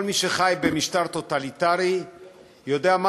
כל מי שחי במשטר טוטליטרי יודע מה